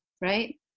right